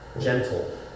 gentle